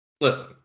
Listen